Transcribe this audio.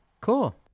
Cool